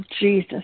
Jesus